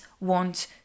want